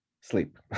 sleep